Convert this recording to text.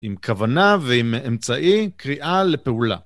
עם כוונה ועם אמצעי קריאה לפעולה.